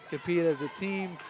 compete as a team.